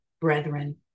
brethren